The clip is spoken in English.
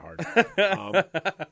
hard